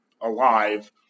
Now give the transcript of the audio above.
alive